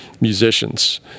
musicians